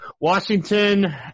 Washington